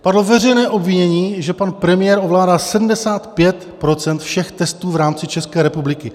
Padlo veřejné obvinění, že pan premiér ovládá 75 % všech testů v rámci České republiky.